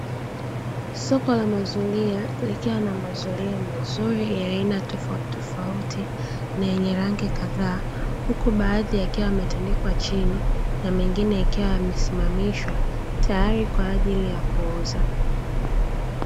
Soko la mazuria likiwa na mazuria mazuri ya aina tofautitofauti na yenye rangi kadhaa, huku baadhi yakiwa yametandikwa chini na mengine yakiwa yamesimamishwa tayari kwa ajili ya kuuza.